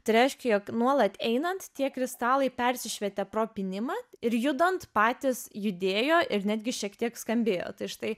tai reiškia jog nuolat einant tie kristalai persišvietė pro pynimą ir judant patys judėjo ir netgi šiek tiek skambėjo tai štai